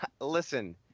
Listen